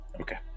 Okay